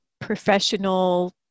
professional